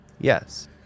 Yes